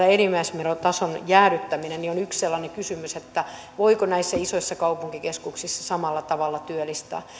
enimmäismenotason jäädyttäminen on yksi sellainen kysymys että voiko näissä isoissa kaupunkikeskuksissa samalla tavalla työllistää